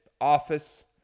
office